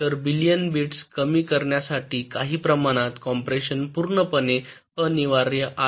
तर billion bits कमी करण्यासाठी काही प्रमाणात कॉम्पॅकशन पूर्णपणे अनिवार्य आहे